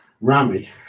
Rami